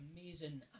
amazing